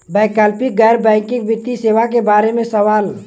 वैकल्पिक गैर बैकिंग वित्तीय सेवा के बार में सवाल?